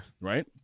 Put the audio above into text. Right